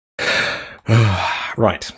Right